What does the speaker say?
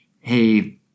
Hey